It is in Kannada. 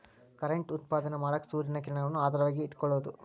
ಕರೆಂಟ್ ಉತ್ಪಾದನೆ ಮಾಡಾಕ ಸೂರ್ಯನ ಕಿರಣಗಳನ್ನ ಆಧಾರವಾಗಿ ಇಟಕೊಳುದು